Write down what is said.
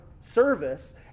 service